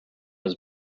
was